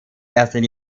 ersten